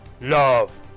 love